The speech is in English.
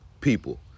people